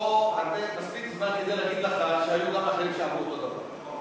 פה מספיק זמן כדי להגיד לך שהיו גם אחרים שאמרו אותו דבר.